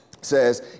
says